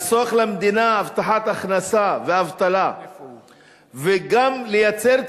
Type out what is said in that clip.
לחסוך למדינה הבטחת הכנסה ואבטלה וגם לייצר צמיחה,